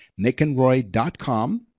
NickAndRoy.com